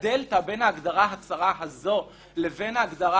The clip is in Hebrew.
הדלתה בין ההגדרה הצרה הזו לבין ההגדרה